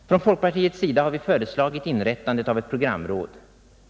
Från folkpartiets sida har vi föreslagit inrättandet av ett programråd.